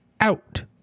out